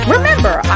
Remember